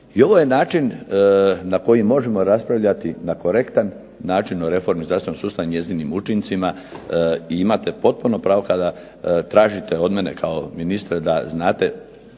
I ovo je način na koji možemo raspravljati na korektan način o reformi zdravstvenog sustava i njezinim učincima i imate potpuno pravo kada tražite od mene kao ministra da znate